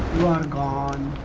gone